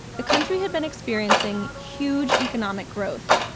the country had been experiencing huge economic growth,